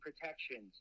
protections